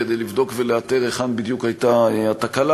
כדי לבדוק ולאתר היכן בדיוק הייתה התקלה.